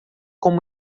como